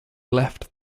left